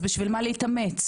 אז בשביל מה להתאמץ.